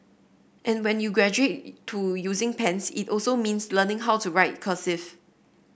and when you graduate to using pens it also means learning how to write cursive